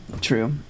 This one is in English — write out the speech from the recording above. True